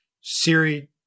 Siri